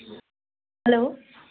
hello